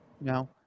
No